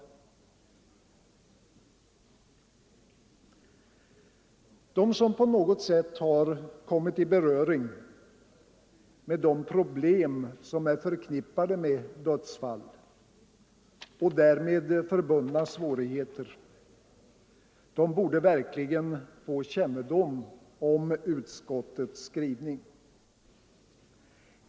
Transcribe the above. De som på något sätt kommit i beröring med de problem som är förknippade med dödsfall och därmed förbundna svårigheter borde verkligen få kännedom om utskottets skrivning.